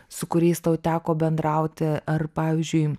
su kuriais tau teko bendrauti ar pavyzdžiui